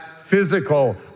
physical